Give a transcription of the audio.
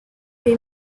they